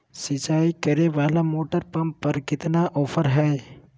सिंचाई करे वाला मोटर पंप पर कितना ऑफर हाय?